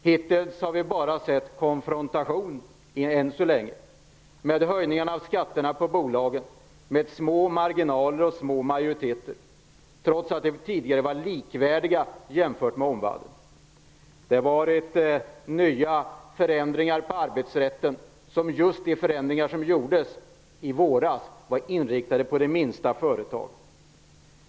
Hittills har vi bara sett konfrontation med höjningarna av skatterna på bolagen, med små marginaler och små majoriteter trots att de tidigare var likvärdiga med omvärlden. Det har kommit nya förändringar på arbetsrättens område. De förändringar som gjordes i våras var inriktade på de minsta företagen.